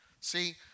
See